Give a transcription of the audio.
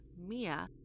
Mia